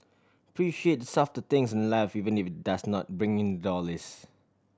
appreciate the softer things in life even if it does not bring in dollars